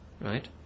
right